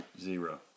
Zero